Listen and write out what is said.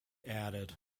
added